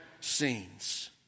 scenes